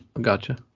Gotcha